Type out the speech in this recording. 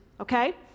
okay